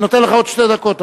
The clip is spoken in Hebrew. אני נותן לך עוד שתי דקות.